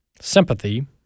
sympathy